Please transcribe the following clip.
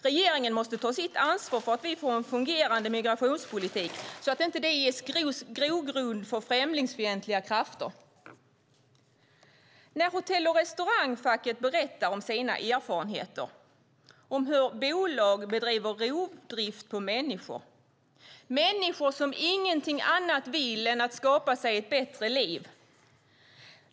Regeringen måste ta sitt ansvar så att vi får en fungerande migrationspolitik, så att det inte ges grogrund för främlingsfientliga krafter. Hotell och restaurangfacket berättar om sina erfarenheter, om hur bolag bedriver rovdrift på människor, människor som ingenting annat vill än att skapa sig ett bättre liv.